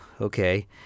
okay